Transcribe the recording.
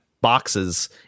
boxes